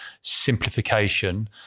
simplification